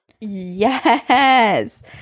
Yes